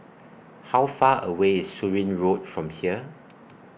How Far away IS Surin Road from here